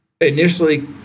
Initially